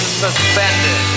suspended